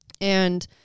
And-